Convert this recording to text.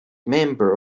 member